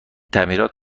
تعمیرات